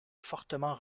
fortement